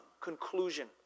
conclusion